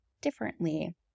differently